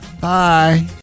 Bye